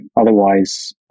Otherwise